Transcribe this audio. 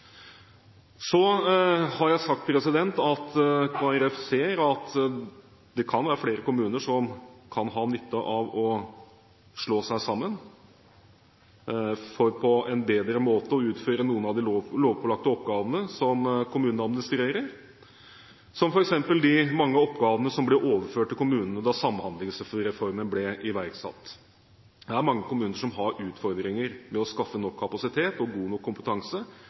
Så har jeg sagt at Kristelig Folkeparti ser at det kan være flere kommuner som kan ha nytte av å slå seg sammen, for på en bedre måte å utføre noen av de lovpålagte oppgavene som kommunen administrerer, som f.eks. de mange oppgavene som ble overført til kommunene da Samhandlingsreformen ble iverksatt. Det er mange kommuner som har utfordringer med å skaffe nok kapasitet og god nok kompetanse